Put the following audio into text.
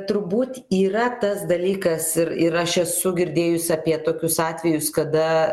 turbūt yra tas dalykas ir ir aš esu girdėjusi apie tokius atvejus kada